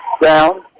down